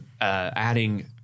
adding